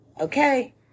Okay